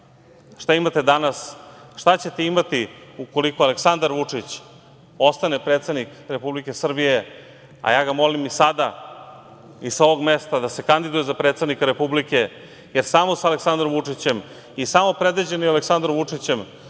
šta imate danas, šta ćete imati ukoliko Aleksandar Vučić ostane predsednik Republike Srbije, a ja ga molim i sada i sa ovog mesta da se kandiduje za predsednika Republike, jer samo sa Aleksandrom Vučićem i samo predvođeni Aleksandrom Vučićem